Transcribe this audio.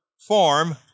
farm